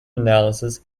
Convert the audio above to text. analysis